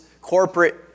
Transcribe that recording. corporate